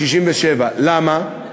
67. למה?